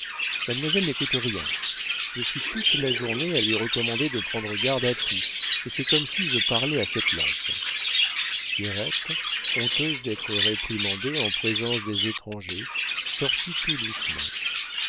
mademoiselle n'écoute rien je suis toute la journée à lui recommander de prendre garde à tout et c'est comme si je parlais à cette lampe pierrette honteuse d'être réprimandée en présence des étrangers sortit tout doucement